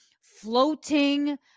floating